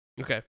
Okay